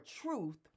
truth